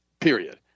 period